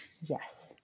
Yes